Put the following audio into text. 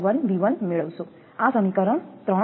651𝑉1 મેળવશો આ આ સમીકરણ 3 છે